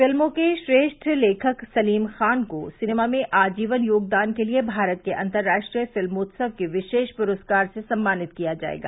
फिल्मों के श्रेष्ठ लेखक सलीम खान को सिनेमा में आजीवन योगदान के लिए भारत के अंतर्राष्ट्रीय फिल्मोत्सव के विशेष पुरस्कार से सम्मानित किया जायेगा